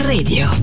Radio